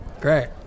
Great